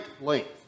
length